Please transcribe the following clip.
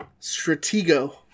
stratego